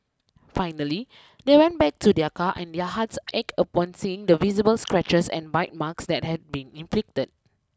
finally they went back to their car and their hearts ached upon seeing the visible scratches and bite marks that had been inflicted